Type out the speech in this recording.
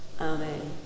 Amen